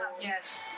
Yes